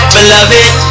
Beloved